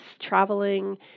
traveling